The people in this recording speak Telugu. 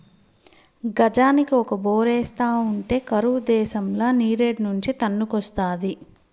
గజానికి ఒక బోరేస్తా ఉంటే కరువు దేశంల నీరేడ్నుంచి తన్నుకొస్తాది